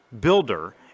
builder